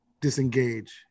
disengage